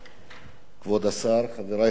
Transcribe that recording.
כבוד השר, חברי חברי הכנסת,